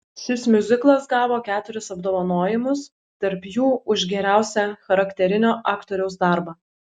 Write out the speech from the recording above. šis miuziklas gavo keturis apdovanojimus tarp jų už geriausią charakterinio aktoriaus darbą